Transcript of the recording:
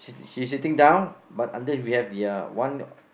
she sitting down but under we have the uh one